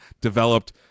developed